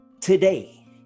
today